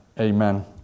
Amen